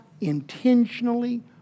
intentionally